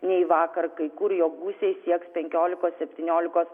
nei vakar kai kur jo gūsiai sieks penkiolikos septyniolikos